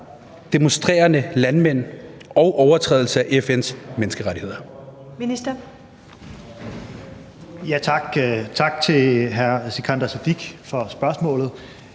demonstrerende landmænd og overtrædelse af FN’s menneskerettigheder?